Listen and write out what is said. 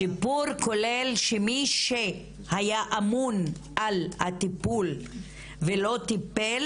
השיפור כולל את זה שמי שהיה אמון על הטיפול ולא טיפל